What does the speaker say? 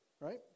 Right